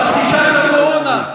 מכחישת קורונה.